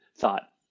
thought